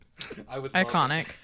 iconic